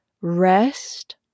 rest